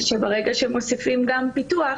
ברגע שמוסיפים גם פיתוח,